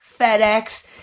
FedEx